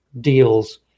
deals